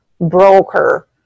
broker